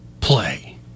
play